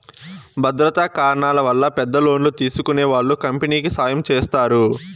భద్రతా కారణాల వల్ల పెద్ద లోన్లు తీసుకునే వాళ్ళు కంపెనీకి సాయం చేస్తారు